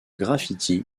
graffiti